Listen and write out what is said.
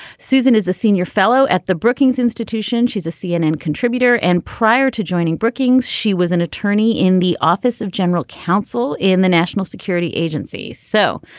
susan is a senior fellow at the brookings institution. she's a cnn contributor. and prior to joining brookings, she was an attorney in the office of general counsel in the national security agency. so,